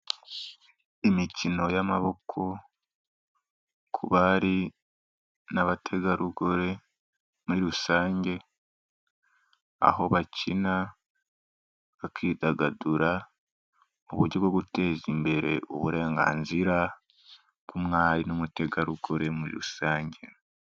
Imikino y'amaboko ku bari n'abategarugori muri rusange aho bakina bakidagadura, uburyo bwo guteza imbere uburenganzira bw'umwari n'umutegarugori muri rusange.